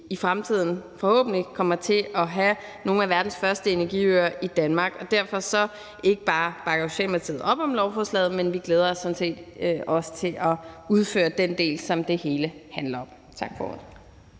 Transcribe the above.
i fremtiden forhåbentlig kommer til at have nogle af verdens første energiøer. Derfor bakker Socialdemokratiet ikke bare op om lovforslaget, men vi glæder os sådan set også til at udføre den del, som det hele handler om. Tak for